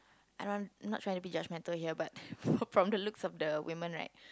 I don't want not trying to judgemental here but from the looks of the women right